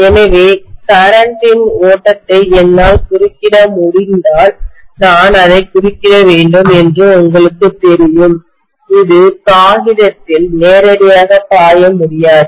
எனவே கரண்ட் ன்மின்னோட்டத்தின் ஓட்டத்தை என்னால் குறுக்கிட முடிந்தால் நான் அதை குறுக்கிட வேண்டும் என்று உங்களுக்குத் தெரியும் இது காகிதத்தில் நேரடியாகப் பாய முடியாது